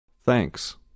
Thanks